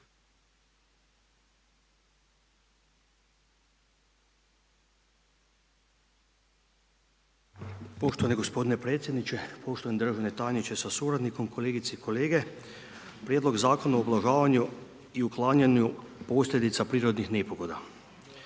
Poštovani gospodine predsjedniče, poštovani državni tajniče sa suradnikom, kolegice i kolege. Prijedlog Zakona o ublažavanju i uklanjanju posljedica prirodnih nepogoda.